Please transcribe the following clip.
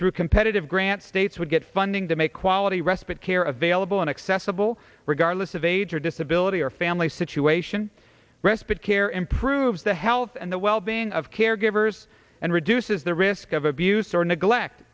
through competitive grants states would get funding to make quality rest care available and accessible regardless of age or disability or family situation respite care improves the health and the wellbeing of caregivers and reduces the risk of abuse or neglect